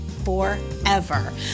forever